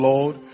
Lord